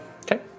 Okay